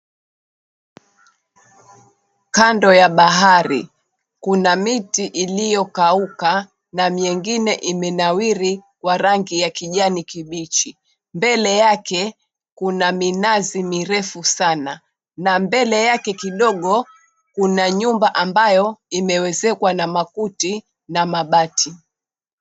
Kando ya bahari kuna miti iliyokauka na miengine imenawiri kwa rangi ya kijani kibichi. Mbele yake kuna minazi mirefu sana na mbele yake kidogo, kuna nyumba ambayo imeezekwa na makuti na mabati.